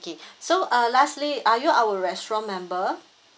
okay so uh lastly are you our restaurant member